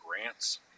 grants